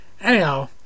Anyhow